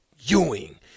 Ewing